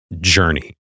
journey